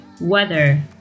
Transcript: weather